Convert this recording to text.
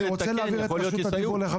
אני רוצה להעביר את רשות הדיבור לחבר